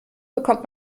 bekommt